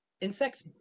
insects